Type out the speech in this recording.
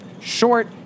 short